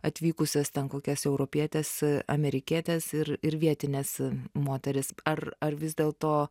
atvykusias ten kokias europietes amerikietes ir ir vietines moteris ar ar vis dėl to